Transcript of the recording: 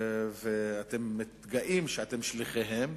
ואתם מתגאים שאתם שליחיהן.